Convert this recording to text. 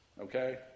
Okay